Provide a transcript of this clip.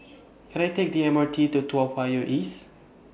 Can I Take The M R T to Toa Payoh East